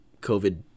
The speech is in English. covid